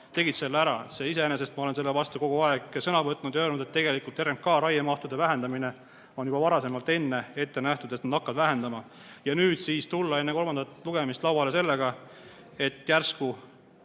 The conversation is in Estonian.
tegid selle ära. Iseenesest ma olen selle vastu kogu aeg sõna võtnud ja öelnud, et tegelikult on RMK raiemahtude vähendamine juba varasemalt ette nähtud ja nad hakkavad vähendama. Nüüd siis enne kolmandat lugemist panna lauale see, et järsku